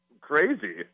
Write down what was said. crazy